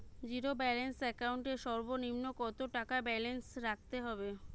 Zero balance account এর সর্বনিম্ন কত টাকা ব্যালেন্স রাখতে হবে?